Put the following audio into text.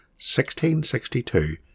1662